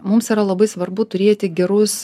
mums yra labai svarbu turėti gerus